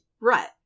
Right